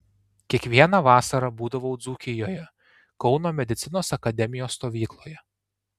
kiekvieną vasarą būdavau dzūkijoje kauno medicinos akademijos stovykloje